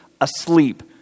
asleep